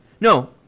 No